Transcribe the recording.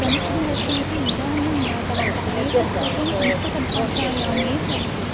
प्रमुखम् अस्ति इति इदानीं ज्ञातवन्तः एतत्सर्वं संस्कृतभाषायामेव अस्ति